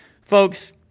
Folks